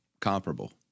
comparable